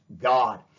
God